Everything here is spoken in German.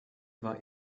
war